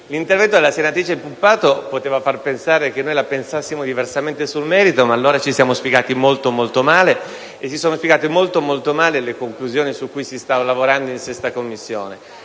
L'intervento della senatrice Puppato poteva far ritenere che noi la pensassimo diversamente sul merito, ma allora ci siamo spiegati molto male, così come ci siamo spiegati male sulle conclusioni alle quali si stava lavorando in 6a Commissione.